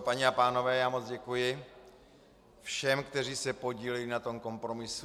Paní a pánové, já moc děkuji všem, kteří se podíleli na tom kompromisu.